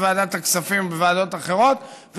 בוועדת הכספים ובוועדות אחרות,